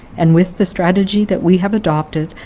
and with the strategy that we have adopted,